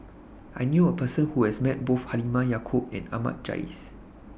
I knew A Person Who has Met Both Halimah Yacob and Ahmad Jais